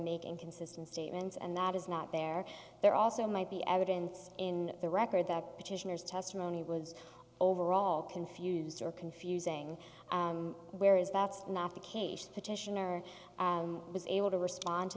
make inconsistent statements and that is not there there also might be evidence in the record that petitioners testimony was overall confused or confusing where is that's not the case the petitioner was able to respond to